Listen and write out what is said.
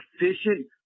efficient